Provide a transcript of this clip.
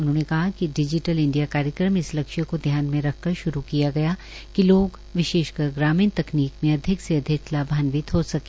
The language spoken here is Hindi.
उन्होंने कहा कि डिजीटल् इंडिया कार्यक्रम इस लक्ष्य को ध्यान मे रखकर शुरू किया गया कि लोग विशेषकर ग्रामीण तकनीक में अधिक से अधिक लाभांवित हो सके